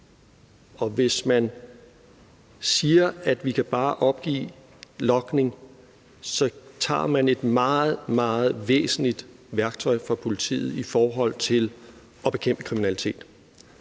Og hvis man siger, at vi bare kan opgive logning, så tager man et meget, meget væsentligt værktøj fra politiet i forhold til at bekæmpe kriminalitet.